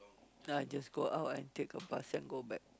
then I just go out and take a bus and go back